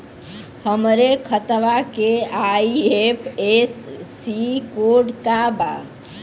हमरे खतवा के आई.एफ.एस.सी कोड का बा?